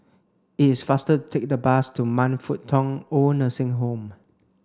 it's faster take the bus to Man Fut Tong Old Nursing Home